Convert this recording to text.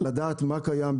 לדעת מה קיים,